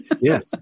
Yes